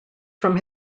from